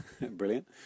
brilliant